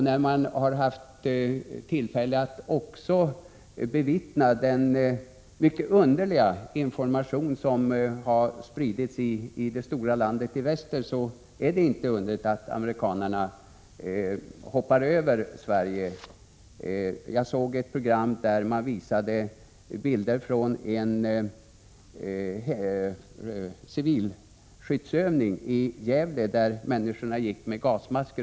När man haft tillfälle att bevittna den mycket underliga information som har spridits i det stora landet i väster, finner man det naturligt att amerikanerna hoppar över resan till Sverige. Jag såg ett program där man visade bilder från en civilskyddsövning i Gävle, där människorna gick med gasmask.